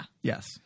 Yes